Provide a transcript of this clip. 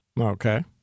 Okay